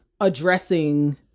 addressing